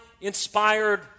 inspired